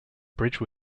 bridge